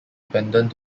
pendant